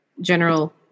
general